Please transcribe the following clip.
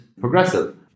progressive